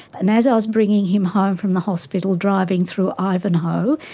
and as i was bringing him home from the hospital, driving through ivanhoe,